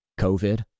COVID